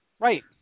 Right